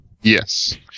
Yes